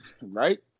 Right